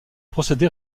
procédé